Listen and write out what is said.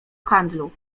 handlu